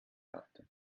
hatte